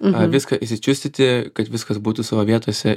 na viską išsičiustyti kad viskas būtų savo vietose